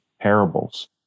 parables